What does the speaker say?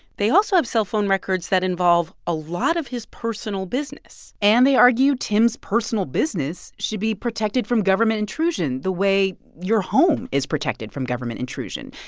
they also have cellphone records that involve a lot of his personal business and they argue tim's personal business should be protected from government intrusion the way your home is protected from government intrusion.